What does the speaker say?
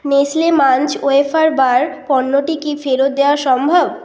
Nestle Munch wafer bar পণ্যটি কি ফেরত দেওয়া সম্ভব